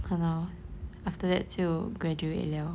!hannor! after that 就 graduate liao